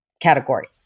category